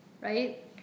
right